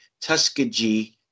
Tuskegee